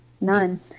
None